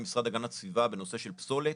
המשרד להגנת הסביבה בנושא של פסולת.